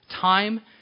time